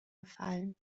gefallen